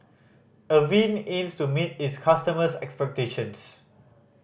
avene aims to meet its customers' expectations